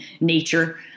nature